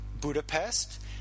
Budapest